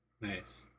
nice